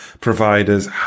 providers